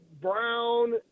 Brown